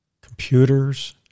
computers